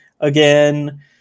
again